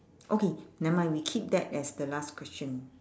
okay never mind we keep that as the last question